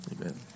Amen